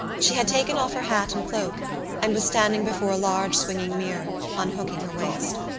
she had taken off her hat and cloak and was standing before a large swinging mirror, unhooking her waist.